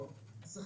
הייתי צריך